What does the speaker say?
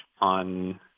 on